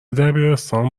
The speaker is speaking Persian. دبیرستان